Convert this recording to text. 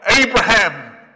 Abraham